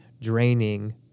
draining